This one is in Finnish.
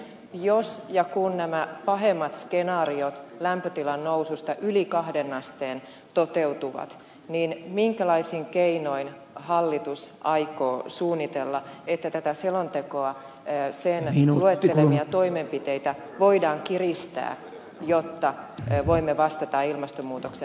jos ja kun nämä pahemmat skenaariot lämpötilan noususta yli kahden asteen toteutuvat niin minkälaisin keinoin hallitus aikoo suunnitella että tämän selonteon luettelemia toimenpiteitä voidaan kiristää jotta voimme vastata ilmastonmuutoksen torjuntaan